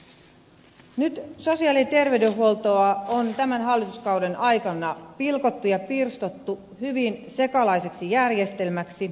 nyt sosiaali ja terveydenhuoltoa on tämän hallituskauden aikana pilkottu ja pirstottu hyvin sekalaiseksi järjestelmäksi